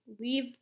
leave